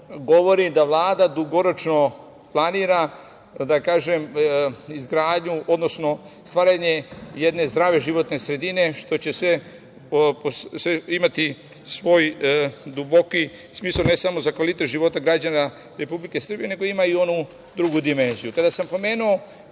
govori da Vlada dugoročno planira, da kažem, izgradnju, odnosno stvaranje jedne zdrave životne sredine, što će imati svoj duboki smisao ne samo za kvalitet života građana Republike Srbije, nego i ima onu drugu dimenziju. Kada sam pomenuo